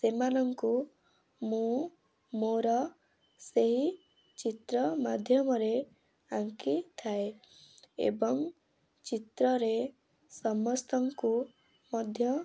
ସେମାନଙ୍କୁ ମୁଁ ମୋର ସେହି ଚିତ୍ର ମାଧ୍ୟମରେ ଆଙ୍କି ଥାଏ ଏବଂ ଚିତ୍ରରେ ସମସ୍ତଙ୍କୁ ମଧ୍ୟ